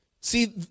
See